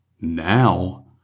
now